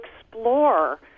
explore